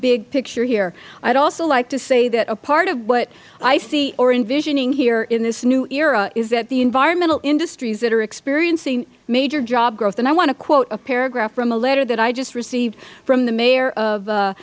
big picture here i would also like to say that a part of what i see or envision here in this new era is that the environmental industries that are experiencing major job growth and i want to quote a paragraph from a letter that i just received from the mayor of